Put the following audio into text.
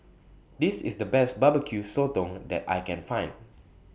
This IS The Best Barbecue Sotong that I Can Find